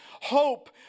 hope